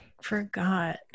forgot